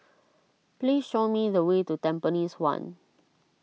please show me the way to Tampines one